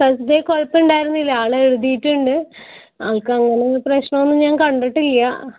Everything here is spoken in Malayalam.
ഫസ്റ്റ് ഡേ കുഴപ്പം ഉണ്ടായിരുന്നില്ല ആൾ എഴുതിയിട്ടുണ്ട് ആൾക്ക് അങ്ങനെയുള്ള പ്രശ്നം ഒന്നും ഞാൻ കണ്ടിട്ടില്ല